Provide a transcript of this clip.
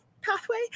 pathway